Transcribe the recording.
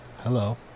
Hello